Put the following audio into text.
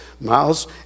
miles